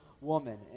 woman